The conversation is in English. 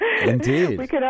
Indeed